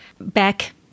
back